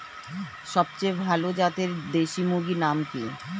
সবচেয়ে ভালো জাতের দেশি মুরগির নাম কি?